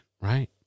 right